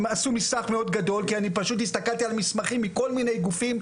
הם עשו מסמך מאוד גדול כי אני פשוט הסתכלתי על מסמכים מכל מיני גופים.